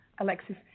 Alexis